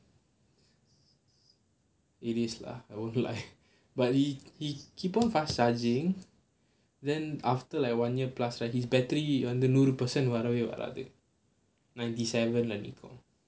it is lah fast charging then after like one year plus right his battery நூறு:nooru percent வரவே வராது:varavae varaathu ninety seven leh நிக்கும்:nikkum